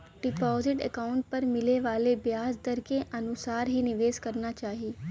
deposit account पर मिले वाले ब्याज दर के अनुसार ही निवेश करना चाही